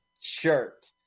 shirt